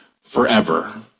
forever